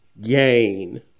gain